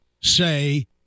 say